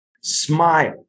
smile